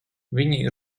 viņi